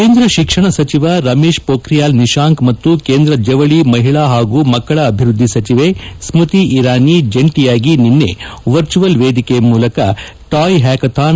ಕೇಂದ್ರ ಶಿಕ್ಷಣ ಸಚಿವ ರಮೇಶ್ ಪೋಖ್ರಿಯಾಲ್ ನಿಶಾಂಕ್ ಮತ್ತು ಕೇಂದ್ರ ಜವಳಿ ಮಹಿಳಾ ಹಾಗೂ ಮಕ್ಕಳ ಅಭಿವೃದ್ದಿ ಸಚಿವೆ ಸ್ಮೃತಿ ಇರಾನಿ ಜಂಟಿಯಾಗಿ ನಿನ್ನೆ ವರ್ಚುವಲ್ ವೇದಿಕೆ ಮೂಲಕ ಣಾಯ್ ಹ್ಯಾಕಥಾನ್